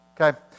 Okay